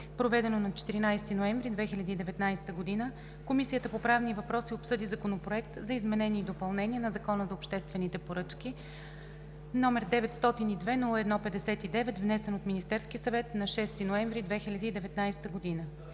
проведено на 14 ноември 2019 г., Комисията по правни въпроси обсъди Законопроект за изменение и допълнение на Закона за обществените поръчки, № 902-01-59, внесен от Министерския съвет на 6 ноември 2019 г.